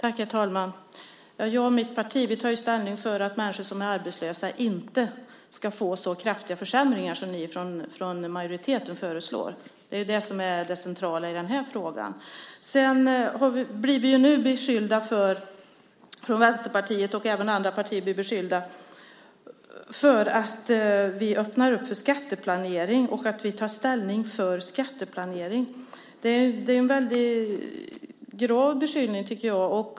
Herr talman! Jag och mitt parti tar ställning för att människor som är arbetslösa inte ska få så kraftiga försämringar som ni i majoriteten föreslår. Det är det centrala i den här frågan. Nu blir vi i Vänsterpartiet, och även andra partier, beskyllda för att vi öppnar för skatteplanering och för att vi tar ställning för skatteplanering. Jag tycker att det är en väldigt grav beskyllning.